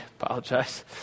Apologize